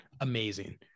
amazing